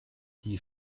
die